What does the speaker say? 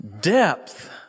depth